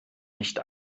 nicht